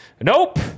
Nope